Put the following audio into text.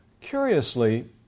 Curiously